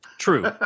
True